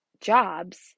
jobs